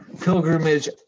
pilgrimage